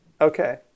Okay